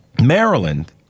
Maryland